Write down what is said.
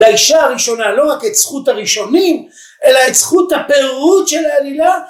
לאישה הראשונה לא רק את זכות הראשונים, אלא את זכות הפירוט של העלילה